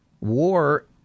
war